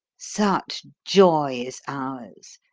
such joy is ours,